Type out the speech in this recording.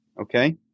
Okay